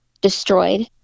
destroyed